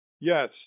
Yes